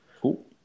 Cool